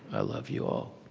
i love you all,